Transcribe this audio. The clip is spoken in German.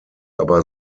aber